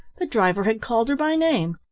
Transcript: the driver had called her by name.